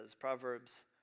Proverbs